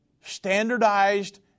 Standardized